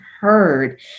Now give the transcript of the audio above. heard